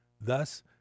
Thus